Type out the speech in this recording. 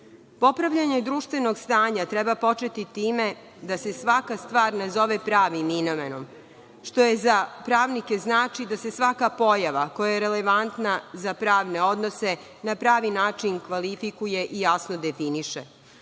umemo. Popravljanje društvenog stanja treba početi time da se svaka stvar ne zove pravim imenom, što za pravnike znači da se svaka pojava koja je relevantna za pravne odnose na pravi način kvalifikuje i jasno definiše.